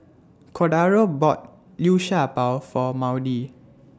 Cordaro bought Liu Sha Bao For Maudie